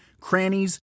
crannies